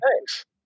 Thanks